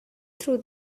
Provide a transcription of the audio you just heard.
through